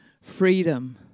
freedom